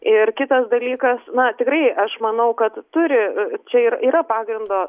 ir kitas dalykas na tikrai aš manau kad turi čia ir yra pagrindo